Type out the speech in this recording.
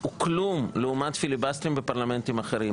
הוא כלום לעומת פיליבסטרים בפרלמנטים אחרים.